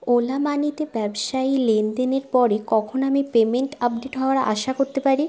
OLA মানিতে ব্যবসায়ী লেনদেনের পরে কখন আমি পেমেন্ট আপডেট হওয়ার আশা করতে পারি